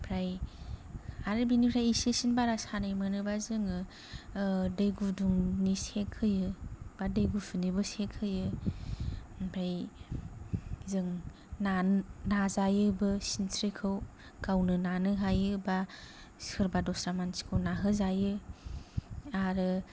ओमफ्राय आरो बेनिफ्राय एसेसिन बारासिन सानाय मोनोबा जोङो दै गुदुंनि सेग होयो बा दै गुसुनिबो सेग होयो ओमफ्राय जों नानो नाजायोबो सिनस्रिखौ गावनो नानो हायो बा सोरबा दस्रा मानसिखौ नाहो जायो आरो